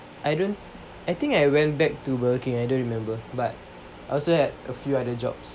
I don't I think I went back to burger king I don't remember but also had a few other jobs